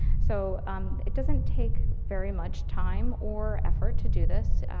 so it doesn't take very much time or effort to do this.